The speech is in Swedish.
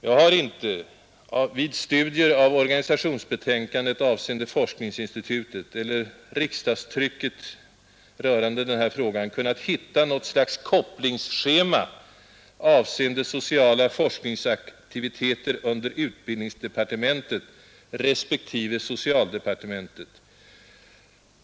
Jag har inte vid studier av organisationsbetänkandet avseende forskningsinstitutet eller av riksdagstrycket rörande den här frågan kunnat hitta något slags kopplingsschema avseende relationen mellan sociala forskningsaktiviteter under utbildningsdepartementet respektive socialdepartementet.